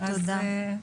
תודה.